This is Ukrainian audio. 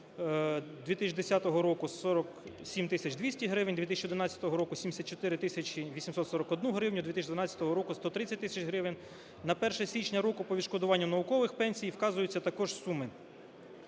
2010 року – 47 тисяч 200 гривень, 2011 року – 74 тисячі 841 гривню, 2012 року – 130 тисяч гривень. На 1 січня року по відшкодуванню наукових пенсій вказуються також суми.